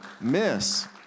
miss